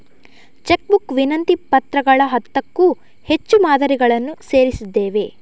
check book ವಿನಂತಿ ಪತ್ರಗಳ ಹತ್ತಕ್ಕೂ ಹೆಚ್ಚು ಮಾದರಿಗಳನ್ನು ಸೇರಿಸಿದ್ದೇವೆ